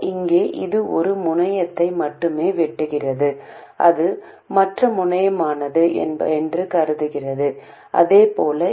இங்கே உள்ளது மற்றும் MOS டிரான்சிஸ்டரின் கேட் மற்றும் வடிகால் இடையே RG உள்ளது கட்டுப்பாட்டு மூல gmVGS